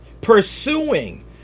pursuing